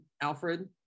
Alfred